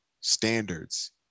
standards